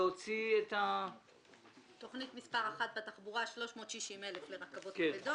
להוציא -- תכנית מספר 1 בתחבורה: 360 אלף לרכבות כבדות,